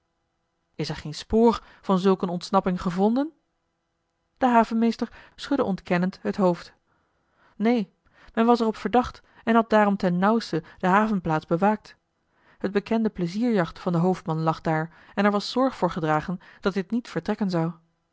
is er geen spoor van zulk een ontsnapping gevonden de havenmeester schudde ontkennend het hoofd neen men was er op verdacht en had daarom ten nauwste de havenplaats bewaakt het bekende plezierjacht van den hoofdman lag daar en er was zorg voor gedragen dat dit niet vertrekken zou